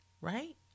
right